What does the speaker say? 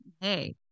hey